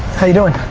how you doing?